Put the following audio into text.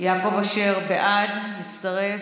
יעקב אשר בעד, מצטרף,